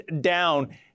down